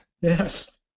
Yes